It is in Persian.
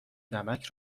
نمک